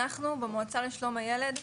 אנחנו במועצה לשלום הילד,